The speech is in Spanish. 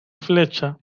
flecha